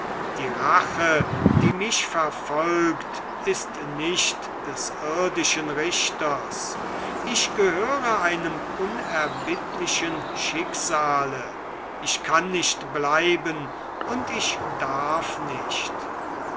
die rache die mich verfolgt ist nicht des irdischen richters ich gehöre einem unerbittlichen schicksale ich kann nicht bleiben und ich darf nicht